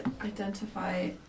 identify